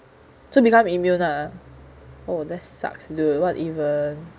so become immune ah oh that sucks dude what even